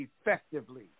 effectively